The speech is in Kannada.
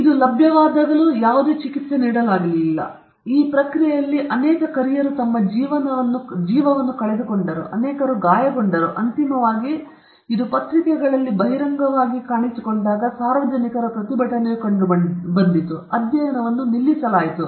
ಅದು ಲಭ್ಯವಿರುವಾಗಲೂ ಯಾವುದೇ ಚಿಕಿತ್ಸೆ ನೀಡಲಾಗಲಿಲ್ಲ ಮತ್ತು ಆ ಪ್ರಕ್ರಿಯೆಯಲ್ಲಿ ಅನೇಕರು ತಮ್ಮ ಜೀವವನ್ನು ಕಳೆದುಕೊಂಡರು ಅನೇಕ ಜನರು ಗಾಯಗೊಂಡರು ಮತ್ತು ಅಂತಿಮವಾಗಿ ಇದು ಪತ್ರಿಕೆಗಳಲ್ಲಿ ಕಾಣಿಸಿಕೊಂಡಾಗ ಸಾರ್ವಜನಿಕರ ಪ್ರತಿಭಟನೆಯು ಕಂಡುಬಂದಿತು ಮತ್ತು ಅಧ್ಯಯನವನ್ನು ನಿಲ್ಲಿಸಲಾಯಿತು